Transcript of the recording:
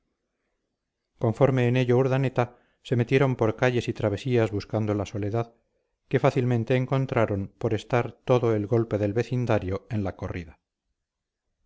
conforme en ello urdaneta se metieron por calles y travesías buscando la soledad que fácilmente encontraron por estar todo el golpe del vecindario en la corrida